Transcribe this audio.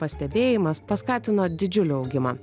pastebėjimas paskatino didžiulį augimą